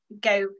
go